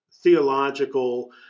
theological